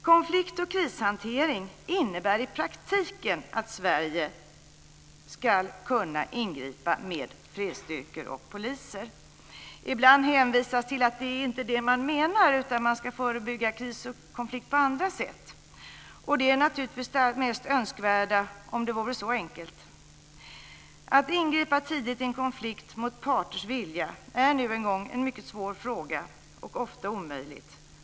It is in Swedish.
Konflikt och krishantering innebär i praktiken att Sverige ska kunna ingripa med fredsstyrkor och poliser. Ibland hänvisas det till att det inte är det man menar, utan man ska förebygga kris och konflikt på andra sätt. Det är naturligtvis det mest önskvärda, om det vore så enkelt. Att ingripa tidigt i en konflikt mot parters vilja är nu en gång en mycket svår fråga och ofta omöjligt.